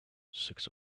six